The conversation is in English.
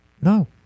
No